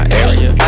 area